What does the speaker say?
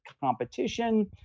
competition